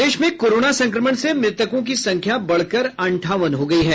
प्रदेश में कोरोना संक्रमण से मृतकों की संख्या बढ़कर कर अंठावन हो गयी है